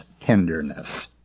tenderness